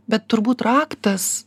bet turbūt raktas